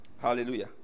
Hallelujah